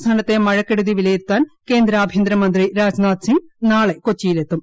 സംസ്ഥാനത്തെ മഴക്കെടുതി വിലയിരുത്താൻ കേന്ദ്ര ആഭ്യന്തരമന്ത്രി രാജ്നാഥ് സിങ് നാളെ കൊച്ചിയിലെത്തും